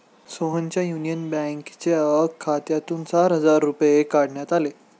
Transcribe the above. सोहनच्या युनियन बँकेच्या खात्यातून चार हजार रुपये काढण्यात आले